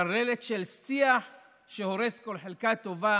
טרללת של שיח שהורס כל חלקה טובה